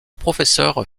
professeurs